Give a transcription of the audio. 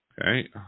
Okay